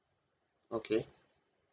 okay